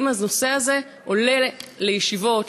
האם הנושא הזה עולה בישיבות,